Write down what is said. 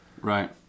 Right